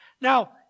Now